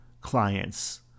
clients